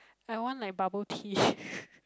I want like bubble tea